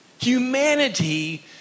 Humanity